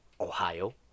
Ohio